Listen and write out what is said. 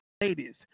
ladies